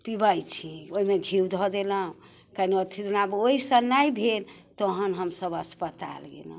पिबै छी ओइमे घ्यू धऽ देलहुँ कनी अथी सब धऽ देलहुँ आओर ओइसँ नहि भेल तहन हमसब अस्पताल गेलहुँ